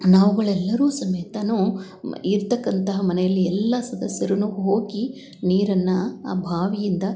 ನಾವುಗಳೆಲ್ಲರೂ ಸಮೇತ ಇರತಕ್ಕಂತಹ ಮನೆಯಲ್ಲಿ ಎಲ್ಲ ಸದಸ್ಯರು ಹೋಗಿ ನೀರನ್ನು ಆ ಬಾವಿಯಿಂದ